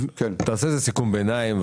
תעשה איזה סיכום ביניים,